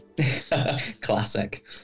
Classic